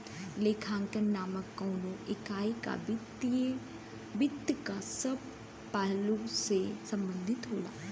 लेखांकन मानक कउनो इकाई क वित्त क सब पहलु से संबंधित होला